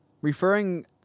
Referring